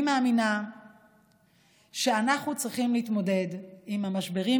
אני מאמינה שאנחנו צריכים להתמודד עם המשברים,